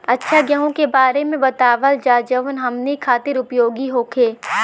अच्छा गेहूँ के बारे में बतावल जाजवन हमनी ख़ातिर उपयोगी होखे?